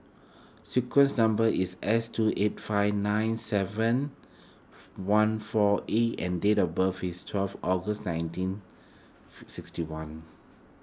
sequence number is S two eight five nine seven one four A and date of birth is twelve August nineteen sixty one